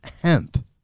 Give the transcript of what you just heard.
hemp